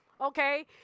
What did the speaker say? Okay